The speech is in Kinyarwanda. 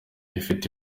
ifite